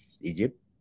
Egypt